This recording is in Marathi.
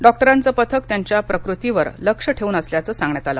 डॉक्टरांचं पथक त्यांच्या प्रकृतीवर लक्ष ठेवून असल्याचं सांगण्यात आलं